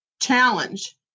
challenge